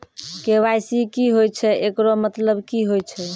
KYC की होय छै, एकरो मतलब की होय छै?